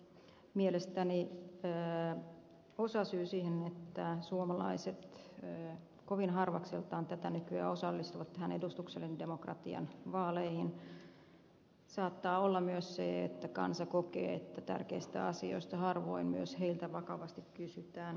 mielestäni osasyy siihen että suomalaiset kovin harvakseltaan tätä nykyä osallistuvat edustuksellisen demokratian vaaleihin saattaa olla myös se että kansa kokee että tärkeistä asioista harvoin myös heiltä vakavasti kysytään